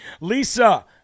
Lisa